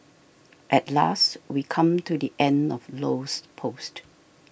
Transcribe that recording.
at last we come to the end of Low's post